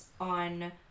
on